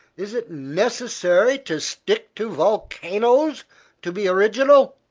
is it necessary to stick to volcanoes to be original?